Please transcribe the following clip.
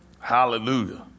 Hallelujah